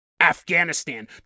Afghanistan